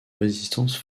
résistance